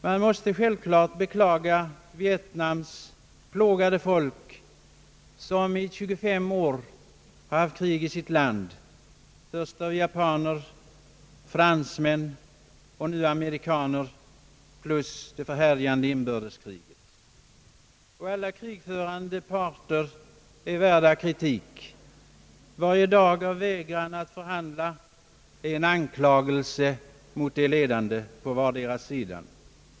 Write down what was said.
Man måste självfallet beklaga Vietnams plågade folk som i 25 år haft krig 1 sitt land, först japaner och fransmän och nu amerikaner samt ett förhärjande inbördeskrig. Alla krigförande parter är värda kritik. Varje dag av vägran att förhandla är en anklagelse mot de ledande på vardera sidan.